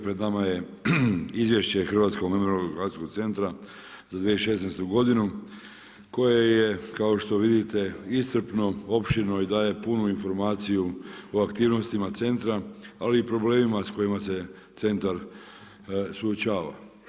Pred nama je Izvješće Hrvatskog memorijalnog-dokumentacijskog centra za 2016. godinu koje je kao što vidite, iscrpno, opširno i daje punu informaciju o aktivnostima centra ali i problemima s kojima se centar suočava.